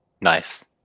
nice